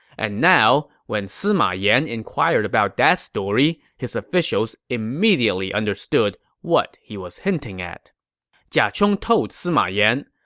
and now, when sima yan inquired about that story, his officials immediately understood what he was hinting at jia chong told sima yan,